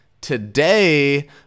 Today